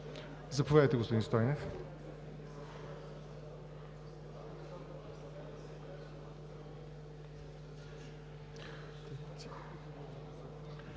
Заповядайте, господин Стойнев.